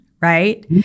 right